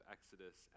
Exodus